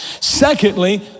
Secondly